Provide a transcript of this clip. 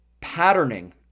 patterning